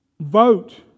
vote